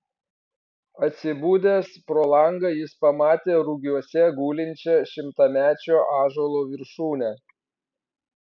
atsibudęs pro langą jis pamatė rugiuose gulinčią šimtamečio ąžuolo viršūnę